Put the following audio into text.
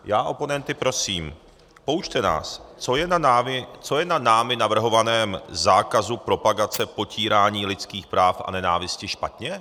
Já oponenty prosím: Poučte nás, co je na námi navrhovaném zákazu propagace potírání lidských práv a nenávisti špatně!